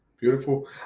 Beautiful